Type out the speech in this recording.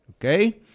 Okay